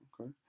Okay